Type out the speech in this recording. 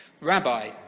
Rabbi